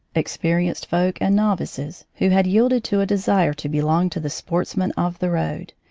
experienced folk and novices, who had yielded to a desire to be long to the sportsmen of the road.